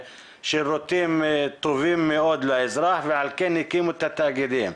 שירותים טובים מאוד לאזרח ועל כן הקימו את התאגידים.